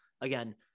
again